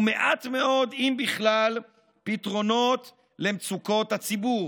ומעט מאוד, אם בכלל, פתרונות למצוקות הציבור.